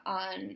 on